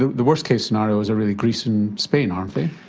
the worst-case scenarios are really greece and spain, aren't they?